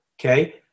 okay